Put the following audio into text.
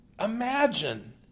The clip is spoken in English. Imagine